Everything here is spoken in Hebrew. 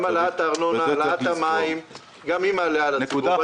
גם העלאת הארנונה והמים מטילה נטל על הציבור,